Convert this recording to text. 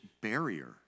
barrier